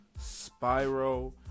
spyro